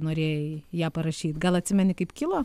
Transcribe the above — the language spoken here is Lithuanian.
norėjai ją parašyt gal atsimeni kaip kilo